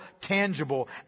tangible